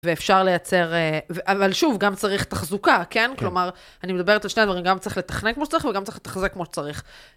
ואפשר לייצר, אבל שוב, גם צריך תחזוקה, כן? כלומר, אני מדברת על שני דברים, גם צריך לתכנן כמו שצריך וגם צריך לתחזק כמו שצריך.